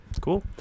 cool